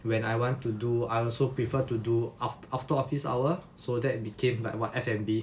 when I want to do I also prefer to do after after office hour so that became like what F&B so hopefully